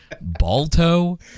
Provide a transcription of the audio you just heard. Balto